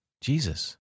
Jesus